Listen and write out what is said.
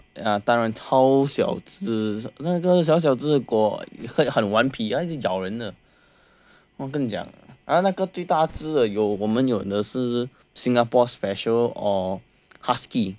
当然超小子那个小小只的狗很顽皮他一直咬人的呢我跟你讲那个最大只的有我们有的是 Singapore special or husky